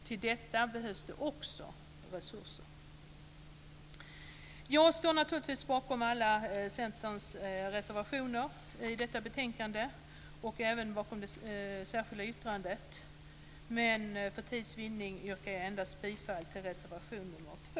Till detta behövs det också resurser. Jag står naturligtvis bakom alla Centerns reservationer i detta betänkande och även bakom det särskilda yttrandet. Men för tids vinning yrkar jag bifall endast till reservation nr 2.